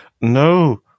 no